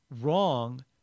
wrong